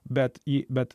bet į bet